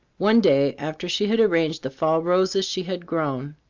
one day after she had arranged the fall roses she had grown,